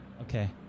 Okay